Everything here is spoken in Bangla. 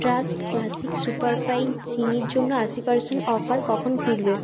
ট্রাস্ট ক্লাসিক সুপার ফাইন চিনির জন্য আশি পারসেন্ট অফার কখন ফিরবে